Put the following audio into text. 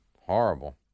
Horrible